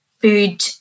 food